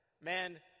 Man